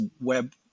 web